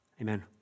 Amen